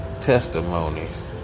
testimonies